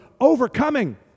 overcoming